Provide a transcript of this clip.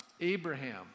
Abraham